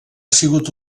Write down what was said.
sigut